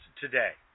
today